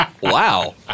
Wow